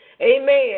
Amen